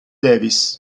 davis